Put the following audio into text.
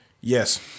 Yes